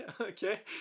okay